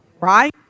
right